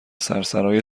سرسرای